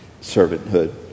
servanthood